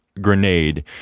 grenade